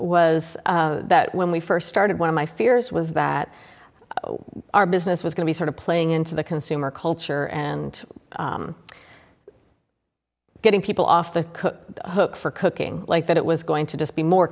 s that when we first started one of my fears was that our business was going to sort of playing into the consumer culture and getting people off the hook for cooking like that it was going to just be more